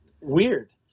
Weird